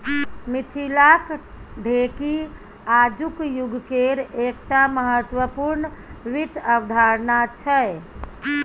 मिथिलाक ढेकी आजुक युगकेर एकटा महत्वपूर्ण वित्त अवधारणा छै